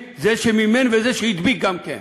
זה שמימן וזה שהדביק גם כן.